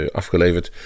afgeleverd